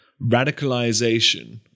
radicalization